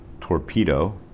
Torpedo